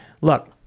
Look